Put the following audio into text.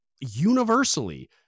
universally